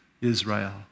Israel